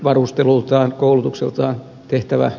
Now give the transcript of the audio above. varustelultaan koulutukseltaan tehtävä